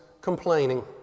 complaining